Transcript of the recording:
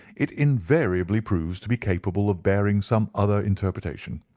it invariably proves to be capable of bearing some other interpretation.